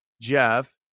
Jeff